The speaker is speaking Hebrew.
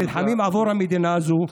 נלחמים עבור המדינה הזו,